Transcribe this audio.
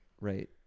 right